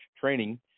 training